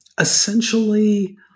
essentially